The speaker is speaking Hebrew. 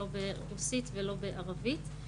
לא ברוסית ולא בערבית.